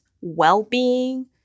well-being